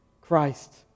Christ